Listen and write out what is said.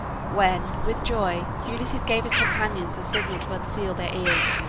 when with joy ulysses gave his companions the signal to unseal their ears,